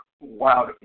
Wow